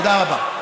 תודה רבה.